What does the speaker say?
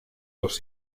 dos